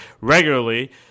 Regularly